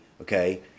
okay